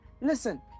Listen